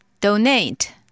donate